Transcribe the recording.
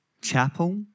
chapel